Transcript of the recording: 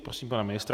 Prosím pana ministra.